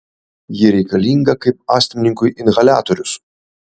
ji reikalinga kaip astmininkui inhaliatorius